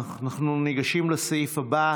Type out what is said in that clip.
נעבור להצעות לסדר-היום בנושא: